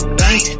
bank